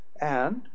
And